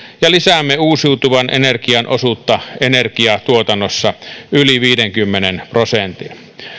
ja lisäämme uusiutuvan energian osuutta energiantuotannossa yli viidenkymmenen prosentin